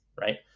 Right